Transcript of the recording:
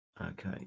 Okay